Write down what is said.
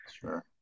sure